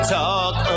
talk